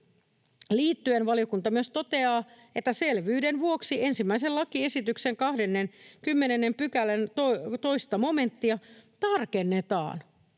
liittyen valiokunta myös toteaa, että selvyyden vuoksi ensimmäisen lakiesityksen 20 §:n 2 momenttia tarkennetaan